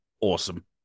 awesome